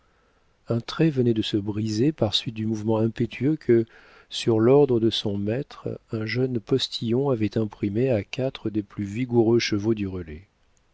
un trait venait de se briser par suite du mouvement impétueux que sur l'ordre de son maître un jeune postillon avait imprimé à quatre des plus vigoureux chevaux du relais